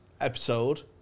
episode